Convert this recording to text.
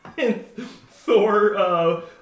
Thor